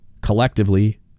collectively